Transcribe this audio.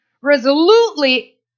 resolutely